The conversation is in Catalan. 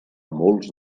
molts